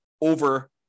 over